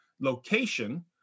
location